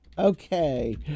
Okay